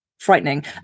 frightening